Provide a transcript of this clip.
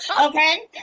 Okay